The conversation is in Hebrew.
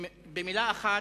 במלה אחת,